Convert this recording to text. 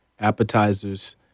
appetizers